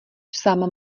sám